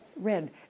red